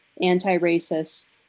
anti-racist